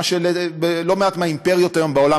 מה שבלא מעט מהאימפריות היום אין,